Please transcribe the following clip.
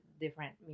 different